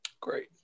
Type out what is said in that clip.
Great